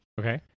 okay